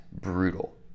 brutal